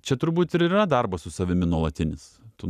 čia turbūt ir yra darbas su savimi nuolatinis tu